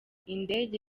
indege